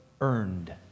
earned